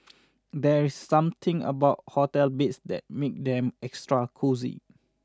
there's something about hotel beds that make them extra cosy